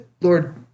Lord